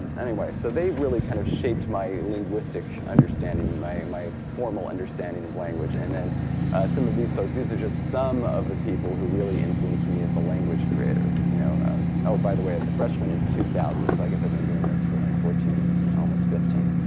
anyway, so they really kind of shaped my linguistic understanding, my my formal understanding of language. and then some of these folks these are just some of the people who really influenced me as a language creator. you know oh by the way, i was a freshman in two thousand, so i guess i've been doing this for like fourteen years now, almost fifteen.